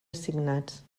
assignats